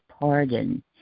pardon